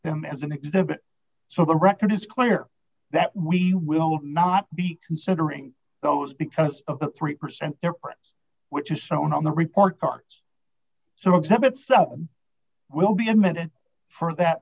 them as an exhibit so the record is clear that we will not be considering those because of the three percent difference which is so on the report cards so exhibit some will be admitted for that